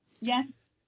Yes